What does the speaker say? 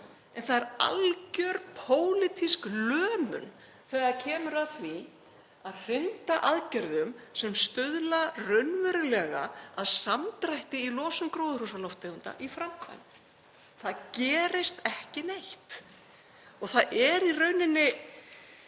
en það er algjör pólitísk lömun þegar kemur að því að hrinda aðgerðum sem stuðla raunverulega að samdrætti í losun gróðurhúsalofttegunda í framkvæmd. Það gerist ekki neitt. Það er í rauninni